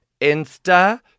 Insta-